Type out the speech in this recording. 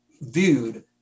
viewed